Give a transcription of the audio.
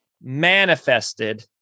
manifested